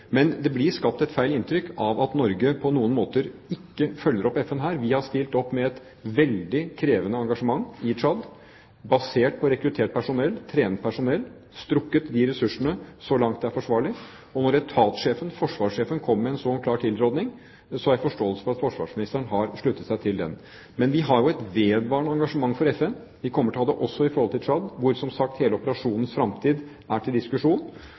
Men det blir skapt et feil inntrykk av at Norge på noen måter ikke følger opp FN her. Vi har stilt opp med et veldig krevende engasjement i Tsjad, basert på rekruttert personell, trenet personell, og vi har strukket ressursene så langt det er forsvarlig. Og når etatssjefen, forsvarssjefen, kommer med en så klar tilråding, har jeg forståelse for at forsvarsministeren har sluttet seg til den. Vi har et vedvarende engasjement for FN. Vi kommer til å ha det også i tilknytning til Tsjad, hvor som sagt hele operasjonens fremtid er til diskusjon.